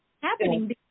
happening